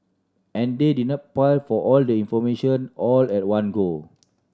and they didn't pile for all the information all at one go